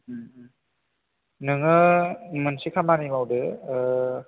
नोङो मोनसे खामानि मावदो